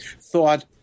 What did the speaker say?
thought